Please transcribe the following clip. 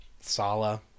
sala